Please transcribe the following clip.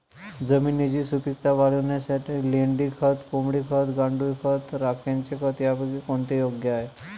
जमिनीची सुपिकता वाढवण्यासाठी लेंडी खत, कोंबडी खत, गांडूळ खत, राखेचे खत यापैकी कोणते योग्य आहे?